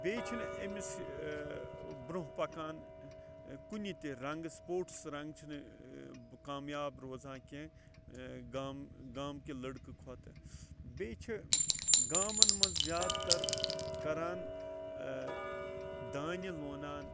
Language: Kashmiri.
بیٚیہِ چھُ نہٕ امس برونٛہہ پَکان کُنہِ تہِ رَنٛگہٕ سپوٹس رَنٛگہٕ چھ نہٕ کامیاب روزان کینٛہہ گامکہِ لٔڑکہٕ کھۄتہٕ بیٚیہِ چھِ گامَن مَنٛز زیادٕ تر کران دانہِ لوٚنان